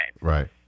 Right